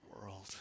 world